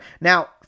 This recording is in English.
Now